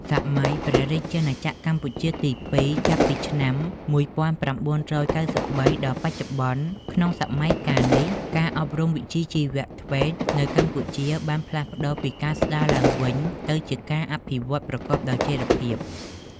សម័យព្រះរាជាណាចក្រកម្ពុជាទី២ ចាប់ពីឆ្នាំ ១៩៩៣ ដល់បច្ចុប្បន្ន ក្នុងសម័យកាលនេះ ការអប់រំវិជ្ជាជីវៈ ធ្វេត (TVET) នៅកម្ពុជាបានផ្លាស់ប្ដូរពីការស្តារឡើងវិញទៅជាការអភិវឌ្ឍប្រកបដោយចីរភាព។